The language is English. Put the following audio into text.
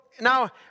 now